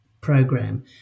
program